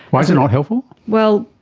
why is it not helpful? well,